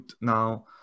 now